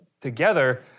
together